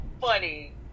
funny